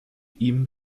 ihm